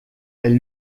elle